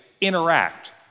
interact